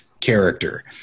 character